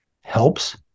helps